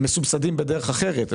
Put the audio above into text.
הם מסובסדים בדרך אחרת,